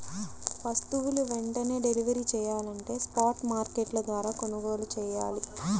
వస్తువులు వెంటనే డెలివరీ చెయ్యాలంటే స్పాట్ మార్కెట్ల ద్వారా కొనుగోలు చెయ్యాలి